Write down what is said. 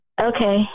Okay